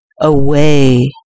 Away